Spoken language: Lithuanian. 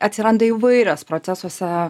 atsiranda įvairios procesuose